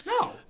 No